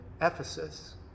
Ephesus